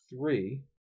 Three